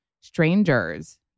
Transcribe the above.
strangers